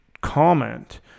comment